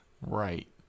Right